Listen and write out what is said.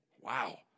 Wow